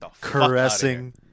Caressing